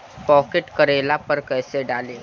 Pocket करेला पर कैसे डाली?